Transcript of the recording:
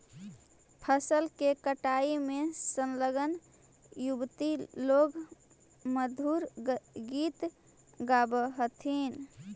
फसल के कटाई में संलग्न युवति लोग मधुर गीत गावऽ हथिन